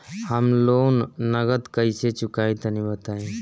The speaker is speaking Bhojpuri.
हम लोन नगद कइसे चूकाई तनि बताईं?